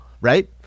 Right